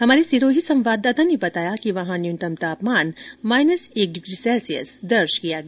हमारे सिरोही संवाददाता ने बताया कि वहां न्यूनतम तापमान माइनस एक डिग्री सैल्सियस दर्ज किया गया